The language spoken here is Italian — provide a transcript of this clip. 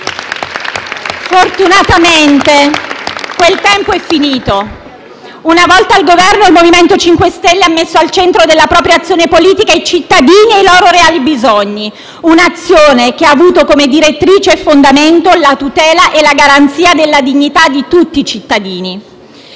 Fortunatamente quel tempo è finito. Una volta al Governo, il MoVimento 5 Stelle ha messo al centro della propria azione politica i cittadini e i loro reali bisogni, un'azione che ha avuto come direttrice e fondamento la tutela e la garanzia della dignità di tutti i cittadini